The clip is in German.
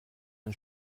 ein